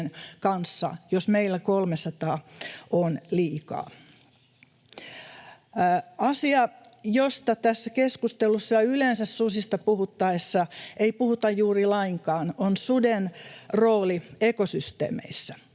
[Eduskunnasta: Ja Ruotsissa!] Asia, josta tässä keskustelussa ja yleensä susista puhuttaessa ei puhuta juuri lainkaan, on suden rooli ekosysteemeissä.